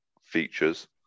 features